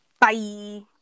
bye